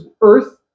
earth